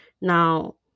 Now